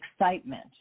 excitement